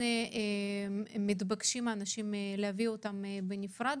האנשים מתבקשים להביא אותם בנפרד.